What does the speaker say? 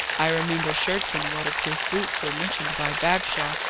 i remember shirts and waterproof boots were mentioned by bagshaw.